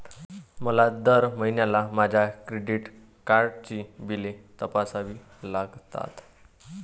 मला दर महिन्याला माझ्या क्रेडिट कार्डची बिले तपासावी लागतात